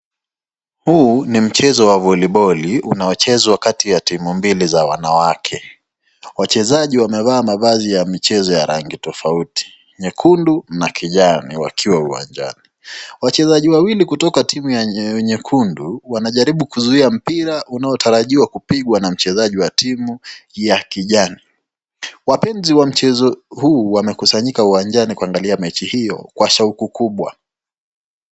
Huu ni mchezo wa polepoli I ayocheswa kati ya tumi mbili ya wanawake wachezaji wamevaa mavazi ya michezo ya rangi tafauti nyekundu na kijani wakiwa uwanjani wachezaji wawili kutoka wanajaribu wa rangi ya nyukundu kuzuia mpira inayotarajiwa kupikwa na mchezaji kutoka timu ya kijani wapenzi wa mchezo huu wamekuzangika uwanjani kuangalia mechi hiyo Kwa shauti kubwa.